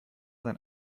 sein